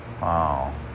Wow